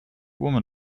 women